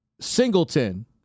Singleton